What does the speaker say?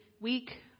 week